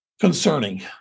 concerning